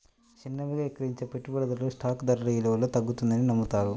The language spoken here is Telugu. చిన్నవిగా విక్రయించే పెట్టుబడిదారులు స్టాక్ ధర విలువలో తగ్గుతుందని నమ్ముతారు